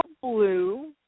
blue